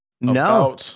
No